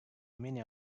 many